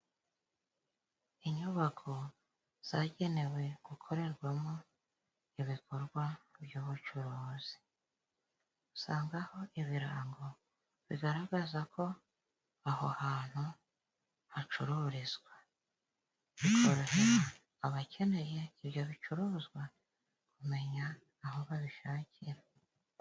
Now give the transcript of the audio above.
Inyubako zagenewe gukorerwamo ibikorwa by'ubucuruzi, usangaho ibirango bigaragaza ko aho hantu hacururizwa. Bikorohe abakeneye ibyo bicuruzwa kumenya aho babishakira.